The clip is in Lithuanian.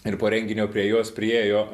ir po renginio prie jos priėjo